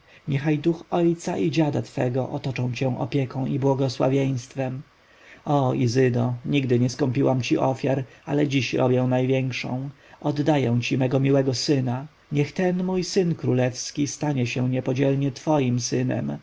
niechaj duch ojca i dziada twego otoczą cię opieką i błogosławieństwem o izydo nigdy nie skąpiłam ci ofiar ale dziś robię największą oddaję ci niego miłego syna niech ten mój syn królewski stanie się niepodzielnie twoim synem